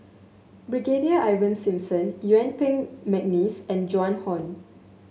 Brigadier Ivan Simson Yuen Peng McNeice and Joan Hon